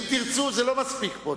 "אם תרצו" זה לא מספיק פה,